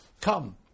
come